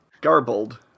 garbled